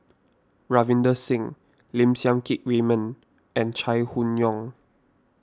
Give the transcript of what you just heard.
Ravinder Singh Lim Siang Keat Raymond and Chai Hon Yoong